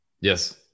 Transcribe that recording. Yes